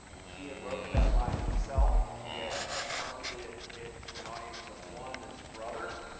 he had wrote that line himself. he had test marketed it it to an audience of one, his brother.